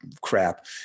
crap